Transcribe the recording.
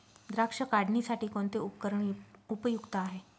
द्राक्ष काढणीसाठी कोणते उपकरण उपयुक्त आहे?